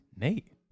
Nate